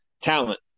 talent